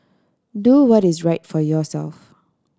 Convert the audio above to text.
do what is right for yourself